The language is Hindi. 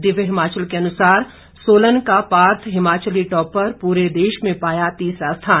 दिव्य हिमाचल के अनुसार सोलन का पार्थ हिमाचली टॉपर पूरे देश में पाया तीसरा स्थान